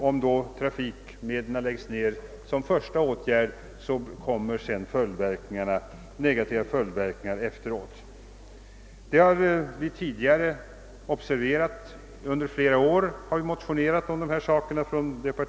Om såsom en första åtgärd trafikmedlen läggs ned följer det sedan negativa verkningar av det. Under flera år har det parti jag företräder motionerat om dessa förhållanden.